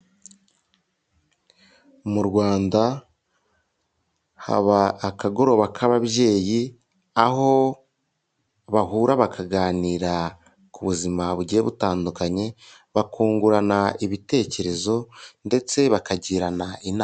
Mu Rwanda haba akagoroba k'ababyeyi aho bahura bakaganira ku buzima bugiye butandukanye, bakungurana ibitekerezo ndetse bakagirana inama.